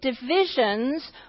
divisions